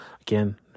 Again